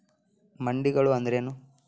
ಮಂಡಿಗಳು ಅಂದ್ರೇನು?